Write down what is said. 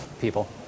People